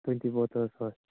twenty bottle ꯍꯣꯏ